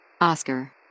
Oscar